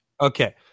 Okay